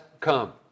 come